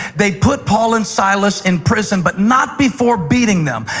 they put paul and silas in prison, but not before beating them.